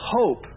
hope